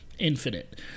infinite